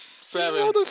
Seven